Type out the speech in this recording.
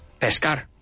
Pescar